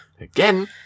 Again